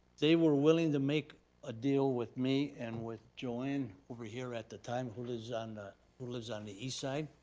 they were willing to make a deal with me and with joanne over here at the time, who lives and who lives on the east side,